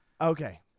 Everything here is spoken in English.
okay